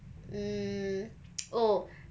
mm oh